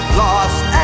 lost